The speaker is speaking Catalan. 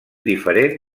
diferent